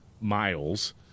miles